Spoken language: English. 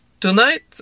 Tonight